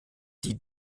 die